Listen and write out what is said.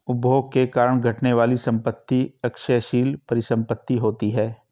उपभोग के कारण घटने वाली संपत्ति क्षयशील परिसंपत्ति होती हैं